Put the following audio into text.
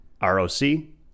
R-O-C